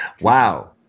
wow